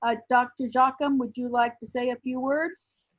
ah dr. jocham, would you like to say a few words?